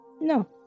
No